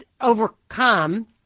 overcome